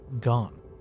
gone